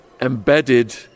embedded